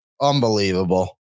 Unbelievable